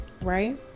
right